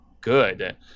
good